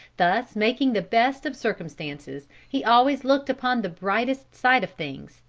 thus making the best of circumstances, he always looked upon the brightest side of things,